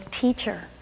teacher